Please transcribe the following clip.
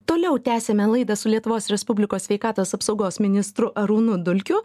toliau tęsiame laidą su lietuvos respublikos sveikatos apsaugos ministru arūnu dulkiu